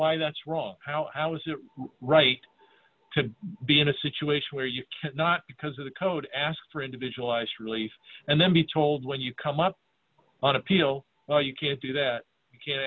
why that's wrong how is it right to be in a situation where you're not because of the code ask for individualized relief and then be told when you come up on appeal or you can't do that